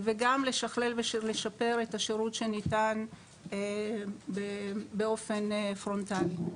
וגם לשכלל ולשפר את השירות שניתן באופן פרונטלי.